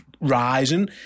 rising